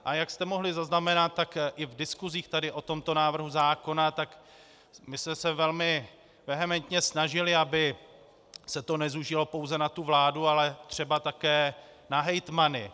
A jak jste mohli zaznamenat, tak i v diskusích o tomto návrhu zákona jsme se velmi vehementně snažili, aby se to nezúžilo pouze na vládu, ale třeba také na hejtmany.